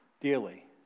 dearly